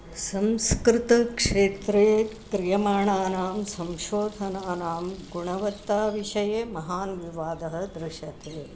संस्कृतक्षेत्रे क्रियमाणानां संशोधनानां गुणवत्ताविषये महान् विवादः दृश्यते